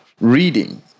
reading